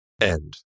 End